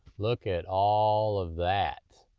look at all of that.